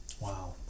Wow